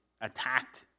attacked